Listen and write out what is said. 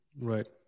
Right